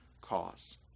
cause